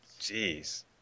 jeez